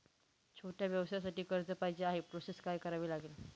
छोट्या व्यवसायासाठी कर्ज पाहिजे आहे प्रोसेस काय करावी लागेल?